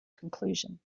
conclusion